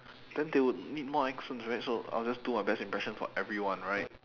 then they would need more accents right so I'll just do my best impression for everyone right